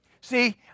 See